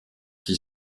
qui